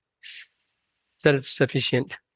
self-sufficient